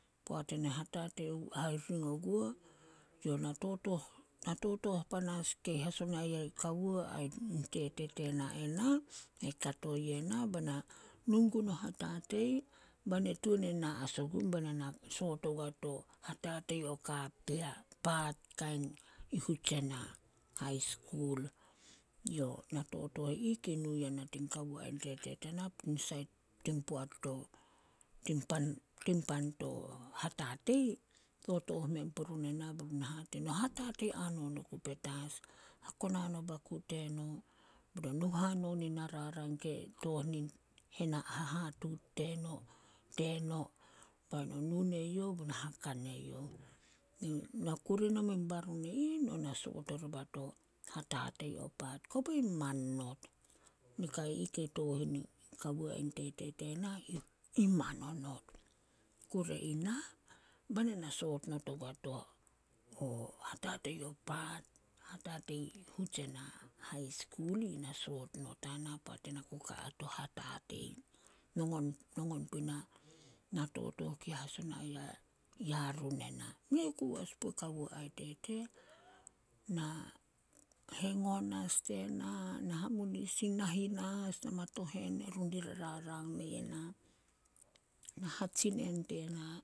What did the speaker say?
Poat ena hatatei hahiring oguo, na totooh- na totooh panas kei hasona yai kawo ain tete tena ena, kato yena bae na nu gun o hatatei bae na tuan e na as ogun bae na na soot ogua to hatatei o kapea, paat. Kain i Hutsena hai skul. Yo, na totooh i ih kei nu yana tin kawo ain tete tena tin sait tin pan- tin pan to hatatei, totooh men purun ena be run e hate die na, hatatei hanon oku petas, hakonan o baku teno, be no nu hanon nin na rarang ke tooh nin hahatuut teno- teno, bae no nu ne youh bae no haka ne youh. No kure noma in baron i ih, no na soot oriba to hatatei o paat. Kobei man not. Nikai ih kei tooh in kawo ain tete tena, i- i man onot. Kure ina bae na na soot not ogua to- o hatatei o paat, hatatei, Hutsena hai skul yina soot not ana poat ena ku ka a to hatatei. Nongon- nongon puna na totooh kei haso ya- yarun ena. Mei ku as pue kawo ai tete, na hengon as tena, na hamunisin, na hinas, na hamatohen erun di rarang me ye na. Na hatsinen tena